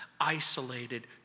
isolated